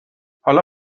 حالا